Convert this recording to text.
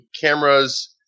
cameras